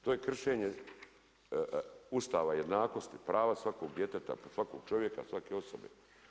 To je kršenje Ustava, jednakosti, prava svakog djeteta, svakog čovjeka, svake osobe.